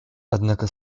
однако